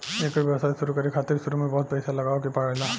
एकर व्यवसाय शुरु करे खातिर शुरू में बहुत पईसा लगावे के पड़ेला